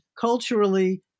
culturally